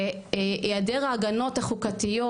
והעדר ההגנות החוקתיות,